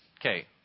Okay